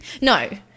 No